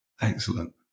Excellent